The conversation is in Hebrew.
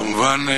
כמובן,